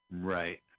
Right